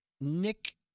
Nick